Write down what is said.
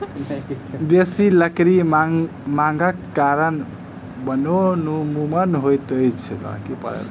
बेसी लकड़ी मांगक कारणें वनोन्मूलन होइत अछि